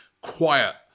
quiet